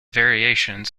variations